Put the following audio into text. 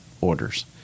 orders